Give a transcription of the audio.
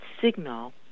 signal